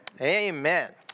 Amen